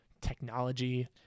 technology